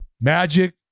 Magic